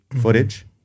footage